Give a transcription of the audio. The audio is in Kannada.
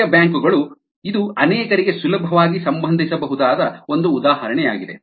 ವೀರ್ಯ ಬ್ಯಾಂಕು ಗಳು ಇದು ಅನೇಕರಿಗೆ ಸುಲಭವಾಗಿ ಸಂಬಂಧಿಸಬಹುದಾದ ಒಂದು ಉದಾಹರಣೆಯಾಗಿದೆ